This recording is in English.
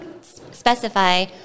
specify